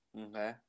okay